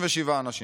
37 אנשים.